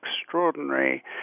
extraordinary